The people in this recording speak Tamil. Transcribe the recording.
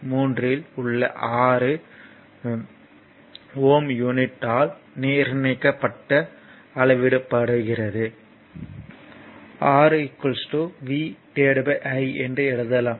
3 இல் உள்ள R Ω யூனிட் ஆல் நிர்ணயிக்கப்பட்டு அளவிடப்படுகிறது R V I என்று எழுதலாம்